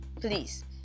Please